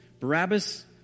Barabbas